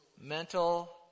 mental